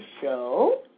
show